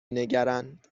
نگرند